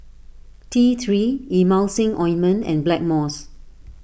T three Emulsying Ointment and Blackmores